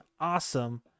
awesome